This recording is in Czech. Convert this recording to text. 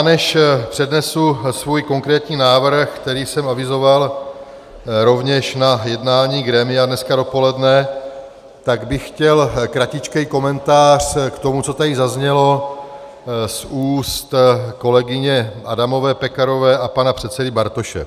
Než přednesu svůj konkrétní návrh, který jsem avizoval rovněž na jednání grémia dneska dopoledne, tak bych chtěl kratičký komentář k tomu, co tady zaznělo z úst kolegyně Adamové Pekarové a pana předsedy Bartoše.